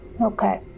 Okay